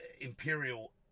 imperial